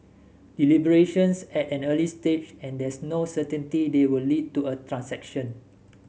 deliberations are at an early stage and there's no certainty they will lead to a transaction